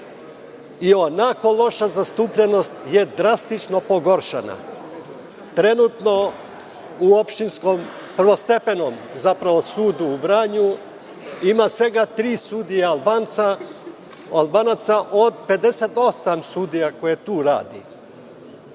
i onako loša zastupljenost je drastično pogoršana. Trenutno u Prvostepenom sudu u Vranju ima svega troje sudija Albanaca od 58 sudija koji tu rade,